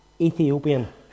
Ethiopian